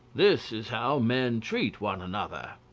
this is how men treat one another.